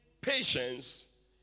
patience